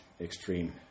extreme